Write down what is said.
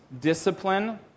discipline